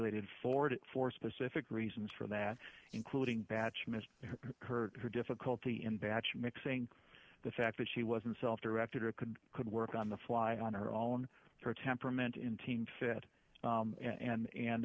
articulated forward for specific reasons for that including batch missed her or her difficulty in batch mixing the fact that she wasn't self directed or could could work on the fly on her own her temperament in team fit and and and